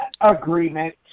agreement